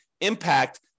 impact